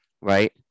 right